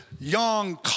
young